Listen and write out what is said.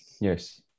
Yes